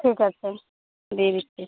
ঠিক আছে দিয়ে দিচ্ছি